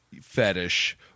fetish